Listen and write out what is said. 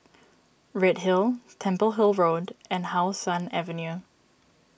Redhill Temple Hill Road and How Sun Avenue